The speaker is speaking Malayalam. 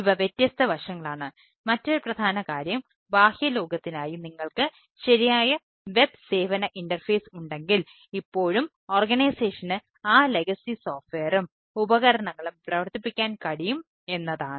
ഇവ വ്യത്യസ്ത വശങ്ങളാണ് മറ്റൊരു പ്രധാന കാര്യം ബാഹ്യ ലോകത്തിനായി നിങ്ങൾക്ക് ശരിയായ വെബ് ഉപകരണങ്ങളും പ്രവർത്തിപ്പിക്കാൻ കഴിയും എന്നതാണ്